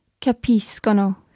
Capiscono